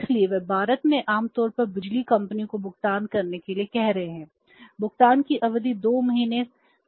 इसलिए वे भारत में आम तौर पर बिजली कंपनियों को भुगतान करने के लिए कह रहे हैं भुगतान की अवधि 2 महीने 60 दिन थी